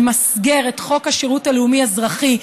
למסגר את חוק השירות הלאומי-אזרחי,